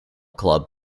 club